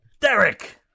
Derek